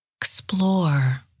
Explore